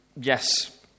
yes